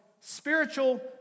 spiritual